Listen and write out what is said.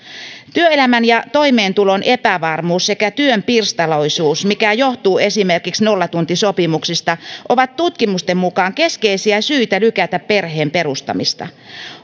työelämän ja toimeentulon epävarmuus sekä työn pirstaleisuus mikä johtuu esimerkiksi nollatuntisopimuksista ovat tutkimusten mukaan keskeisiä syitä lykätä perheen perustamista